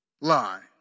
lie